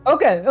Okay